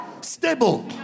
Stable